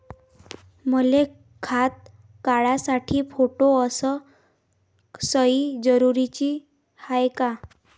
मले खातं काढासाठी फोटो अस सयी जरुरीची हाय का?